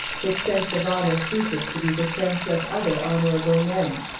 his sense of honor ceases to be the sense of other honorable men.